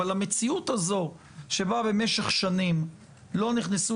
אבל המציאות הזו שבה במשך שנים לא נכנסו